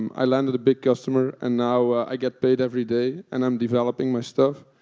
i landed a big customer, and now i get paid every day, and i'm developing my stuff.